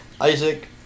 Isaac